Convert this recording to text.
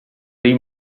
dei